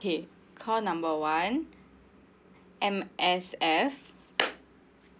okay call number one M_S_F